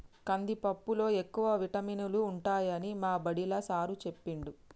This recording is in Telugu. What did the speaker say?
కందిపప్పులో ఎక్కువ విటమినులు ఉంటాయట మా బడిలా సారూ చెప్పిండు